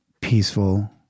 peaceful